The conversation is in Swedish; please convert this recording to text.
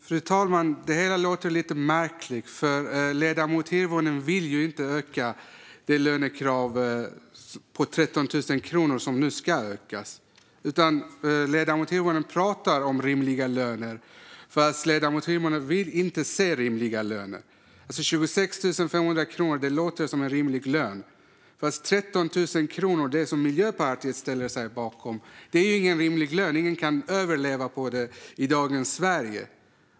Fru talman! Det här låter lite märkligt, för ledamoten Hirvonen vill ju inte höja lönekravet på 13 000 kronor som nu ska höjas. Ledamoten talar om rimliga löner fastän hon inte vill se sådana. 26 500 kronor låter som en rimlig lön, medan 13 000 kronor, som Miljöpartiet ställer sig bakom, är ingen rimlig lön. Ingen kan överleva på det i dagens Sverige.